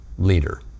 leader